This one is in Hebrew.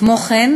כמו כן,